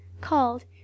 called